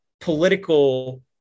political